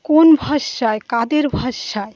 কোন ভরসায় কাদের ভরসায়